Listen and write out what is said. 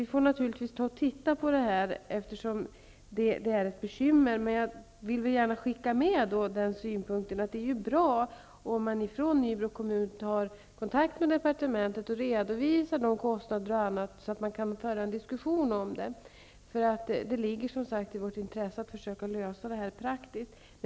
Vi får naturligtvis titta närmare på detta, eftersom det är ett bekymmer. Jag vill emellertid gärna skicka med synpunkten att det är bra om man från Nybro kommun tar kontakt med departementet och redovisar sina kostnader, så att det blir möjligt att föra en diskussion i frågan. Det ligger som sagt i vårt intresse att försöka lösa detta praktiskt.